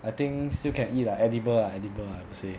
I think still can eat lah edible lah edible I would say